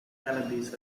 wallabies